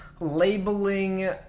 labeling